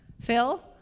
Phil